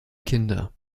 kinder